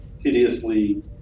hideously